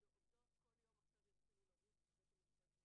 יש פה שילוב של שני דברים: